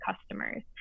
customers